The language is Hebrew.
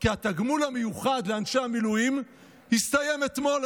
כי התגמול המיוחד לאנשי המילואים הסתיים אתמול,